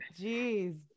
Jeez